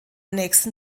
nächsten